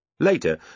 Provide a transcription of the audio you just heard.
Later